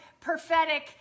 prophetic